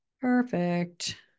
Perfect